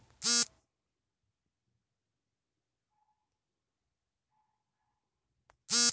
ಏಲಕ್ಕಿ ಒಂದು ಸಾಂಬಾರು ಬೆಳೆ ಇದ್ನ ಔಷಧೀ ಸಸ್ಯವಾಗಿ ಉಪಯೋಗಿಸ್ತಾರೆ ತನ್ನ ಪರಿಮಳದಿಂದ ಪ್ರಸಿದ್ಧವಾಗಯ್ತೆ